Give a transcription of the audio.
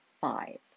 five